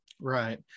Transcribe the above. Right